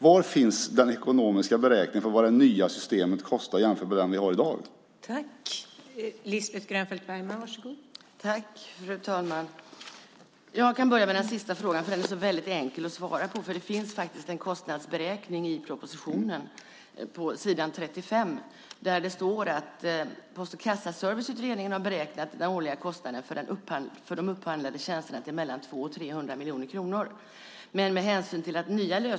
Var finns den ekonomiska beräkningen för vad det nya systemet kommer att kosta jämfört med det system vi har i dag?